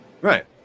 Right